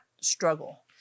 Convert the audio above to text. struggle